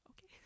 okay